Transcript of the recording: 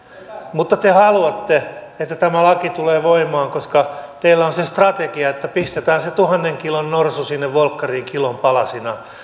mutta te haluatte että tämä laki tulee voimaan koska teillä on se strategia että pistetään se tuhannen kilon norsu sinne volkkariin kilon palasina